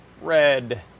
red